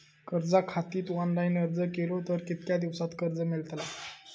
कर्जा खातीत ऑनलाईन अर्ज केलो तर कितक्या दिवसात कर्ज मेलतला?